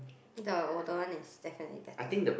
the older one is definitely better